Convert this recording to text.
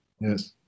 Yes